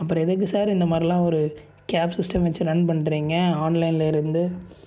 அப்பறம் எதுக்கு சார் இந்த மாதிரிலாம் ஒரு கேப் சிஸ்டம் வச்சு ரன் பண்றீங்க ஆன்லைனில் இருந்து